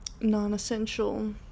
non-essential